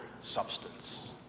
substance